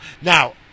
Now